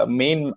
main